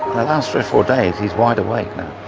the last three or four days, he's wide awake now.